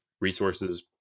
resources